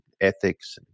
ethics